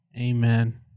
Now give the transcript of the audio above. Amen